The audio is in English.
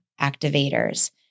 activators